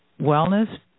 wellness